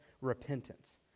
repentance